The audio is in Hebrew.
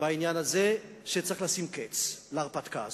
בעניין הזה, שצריך לשים קץ להרפתקה הזאת,